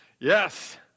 Yes